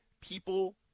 people